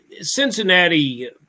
Cincinnati